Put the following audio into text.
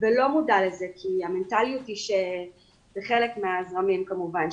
ולא מודע לזה כי המנטליות בחלק מהזרמים כמובן,